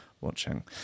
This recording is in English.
watching